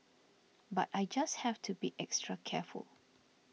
but I just have to be extra careful